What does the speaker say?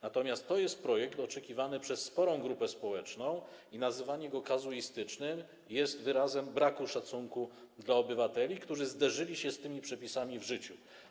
Natomiast to jest projekt oczekiwany przez sporą grupę społeczną i nazywanie go kazuistycznym jest wyrazem braku szacunku dla obywateli, którzy zderzyli się z tymi przepisami w życiu.